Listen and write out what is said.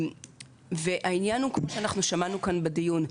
העניין הוא כמו ששמענו כאן בדיון,